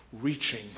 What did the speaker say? reaching